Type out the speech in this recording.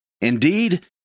Indeed